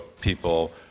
people